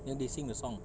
then they sing a song